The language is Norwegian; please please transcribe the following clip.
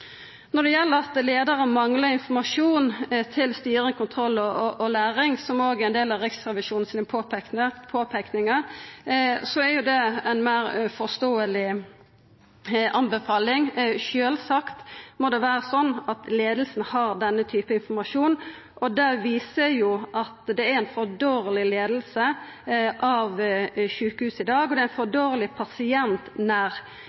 Når det gjeld at leiarar manglar informasjon til styring, kontroll og læring, som òg er ein del av Riksrevisjonen sine påpeikingar, er det ei meir forståeleg anbefaling. Sjølvsagt må det vera sånn at leiinga har denne typen informasjon, og det viser jo at det er ei for dårleg leiing av sjukehuset i dag, og det er for dårleg pasientnær leiing. Denne anbefalinga er ikkje mogleg å få til dersom ein